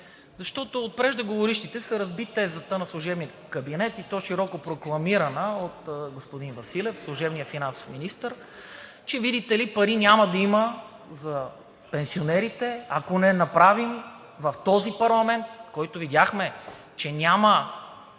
за мен. От преждеговорившите се разби тезата на служебния кабинет, и то широко прокламирана от господин Василев – служебният финансов министър, че, видите ли, пари няма да има за пенсионерите, ако не го направим в този парламент, за който видяхме, че няма